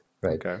right